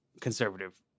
conservative